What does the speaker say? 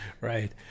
right